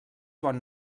bon